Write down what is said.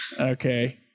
Okay